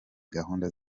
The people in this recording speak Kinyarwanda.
gahunda